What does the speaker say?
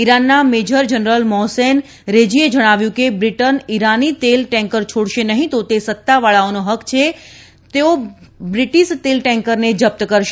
ઈરાનના major general Mohsen રેઝેઈએ જણાવ્યું કે બ્રિટન ઈરાનીતેલ ટેન્કર છોડશે નહીતો તે સત્તાવાળાઓનો હક છે તેતેઓ બ્રીટીશ તેલ ટેન્કરને જપ્ત કરશે